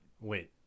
Wait